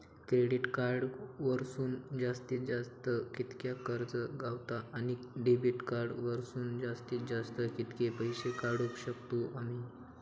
Credit card वरसून जास्तीत जास्त कितक्या कर्ज गावता, आणि डेबिट कार्ड वरसून जास्तीत जास्त कितके पैसे काढुक शकतू आम्ही?